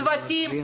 צוותים,